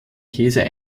käse